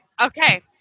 Okay